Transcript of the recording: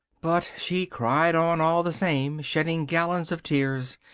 but she cried on all the same, shedding gallons of tears,